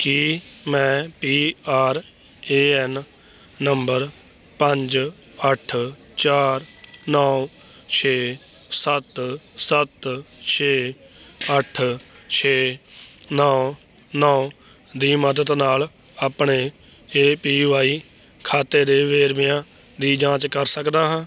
ਕੀ ਮੈਂ P R A N number ਪੰਜ ਅੱਠ ਚਾਰ ਨੌ ਛੇ ਸੱਤ ਸੱਤ ਛੇ ਅੱਠ ਛੇ ਨੌ ਨੌ ਦੀ ਮਦਦ ਨਾਲ ਆਪਣੇ ਏ ਪੀ ਵਾਈ ਖਾਤੇ ਦੇ ਵੇਰਵਿਆਂ ਦੀ ਜਾਂਚ ਕਰ ਸਕਦਾ ਹਾਂ